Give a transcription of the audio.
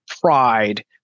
pride